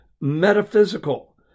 metaphysical